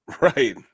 Right